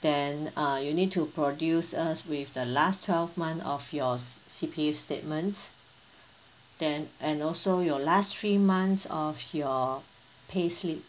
then uh you need to produce us with the last twelve month of your C_P_F statements then and also your last three months of your payslip